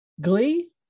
Glee